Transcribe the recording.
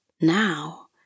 now